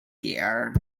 here